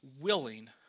willing